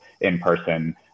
in-person